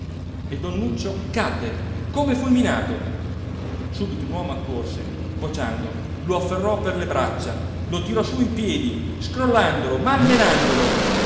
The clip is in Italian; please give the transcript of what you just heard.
e don nuccio cadde come fulminato subito un uomo accorse vociando lo afferrò per le braccia lo tirò su in piedi scrollandolo malmenandolo